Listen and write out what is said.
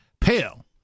pale